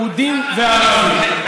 יהודים וערבים.